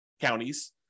counties